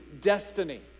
destiny